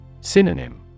Synonym